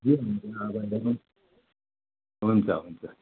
के हुन्छ अब हेर्नुहोस् हुन्छ हुन्छ